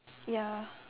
ya